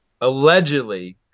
allegedly